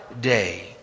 day